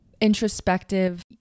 introspective